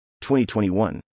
2021